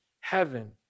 heaven